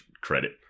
credit